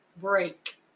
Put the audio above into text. break